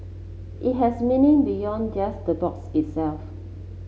it has meaning beyond just the box itself